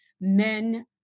men